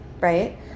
right